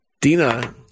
Dina